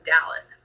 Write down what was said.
Dallas